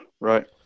Right